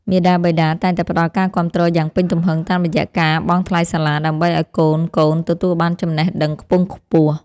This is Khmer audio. មាតាបិតាតែងតែផ្ដល់ការគាំទ្រយ៉ាងពេញទំហឹងតាមរយៈការបង់ថ្លៃសាលាដើម្បីឱ្យកូនៗទទួលបានចំណេះដឹងខ្ពង់ខ្ពស់។